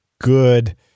good